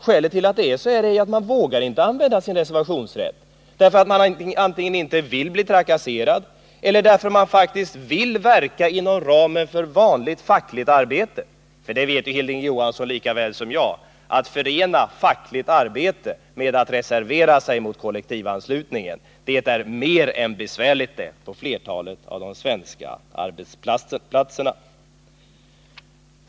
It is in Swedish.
Skälet till att det är så är att man inte vågar använda sin reservationsrätt, därför att man antingen inte vill bli trakasserad eller därför att man faktiskt vill verka inom ramen för vanligt fackligt arbete. För det vet Hilding Johansson lika väl som jag: att förena fackligt arbete med att reservera sig mot kollektivanslutningen är mer än besvärligt på flertalet av de svenska arbetsplatserna.